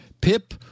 PIP